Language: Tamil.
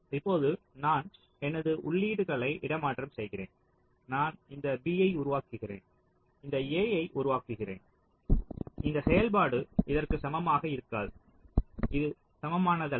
இப்போது நான் எனது உள்ளீடுகளை இடமாற்றம் செய்கிறேன் நான் இந்த B ஐ உருவாக்குகிறேன் இந்த A ஐ உருவாக்குகிறேன் இந்த செயல்பாடு இதற்கு சமமாக இருக்காது இது சமமானதல்ல